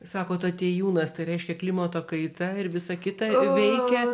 sakot atėjūnas tai reiškia klimato kaita ir visa kita veikia